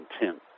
intent